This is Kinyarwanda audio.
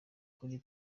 kuri